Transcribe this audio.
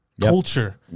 culture